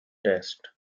test